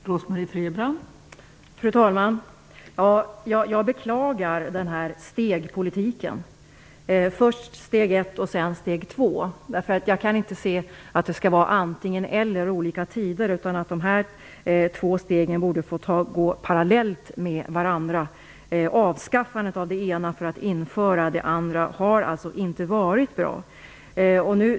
Fru talman! Jag beklagar den här stegpolitiken - först steg 1 och sedan steg 2. Jag kan inte se att det skall vara antingen eller vid olika tidpunkter. Dessa båda steg borde vara parallella. Avskaffandet av det ena för att införa det andra har inte varit bra.